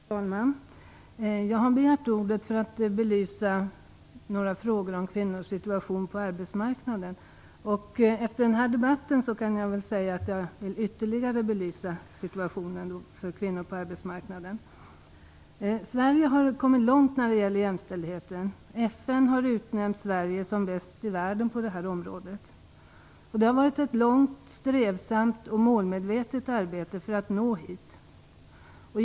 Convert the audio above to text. Herr talman! Jag har begärt ordet för att belysa några frågor om kvinnors situation på arbetsmarknaden. Efter att ha lyssnat på debatten här vill jag ytterligare belysa situationen för kvinnorna på arbetsmarknaden. Sverige har kommit långt när det gäller jämställdheten. FN har utnämnt Sverige som bäst i världen på området. Det har varit ett långt, strävsamt och målmedvetet arbete för att nå hit.